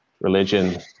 religion